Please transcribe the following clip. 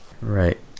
Right